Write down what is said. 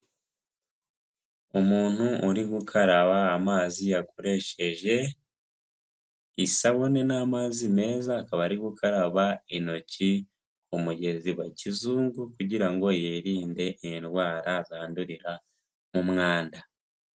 Umuntu uri gukaraba amazi yakoresheje isabune n'amazi meza; akaba ari gukaraba intoki mugezi wa kizungu; kugirango yirinde indwara zandurira mu mwanda.